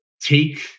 take